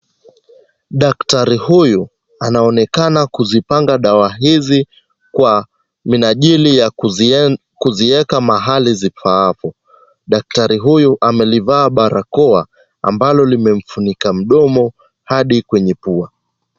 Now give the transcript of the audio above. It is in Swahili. Daktari huyu anaonekana kuzipanga dawa hizi kwa minajili ya kuzieka mahali zifaapo. Daktari huyu amelivaa barakoa ambalo limemfunika mdomo hadi kwenye pua.